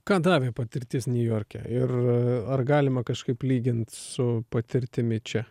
ką davė patirtis niujorke ir ar galima kažkaip lygint su patirtimi čia